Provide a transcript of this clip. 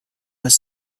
was